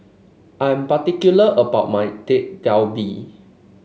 I'm particular about my Dak Galbi